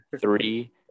three